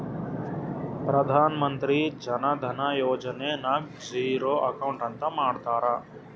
ಪ್ರಧಾನ್ ಮಂತ್ರಿ ಜನ ಧನ ಯೋಜನೆ ನಾಗ್ zero account ಅಂತ ಮಾಡ್ತಾರ